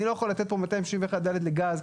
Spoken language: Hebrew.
אני לא יכול לתת פה 261(ד) לגז,